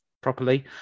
properly